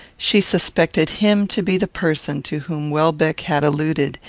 she suspected him to be the person to whom welbeck had alluded,